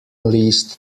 leased